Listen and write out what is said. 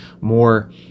more